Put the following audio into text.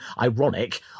ironic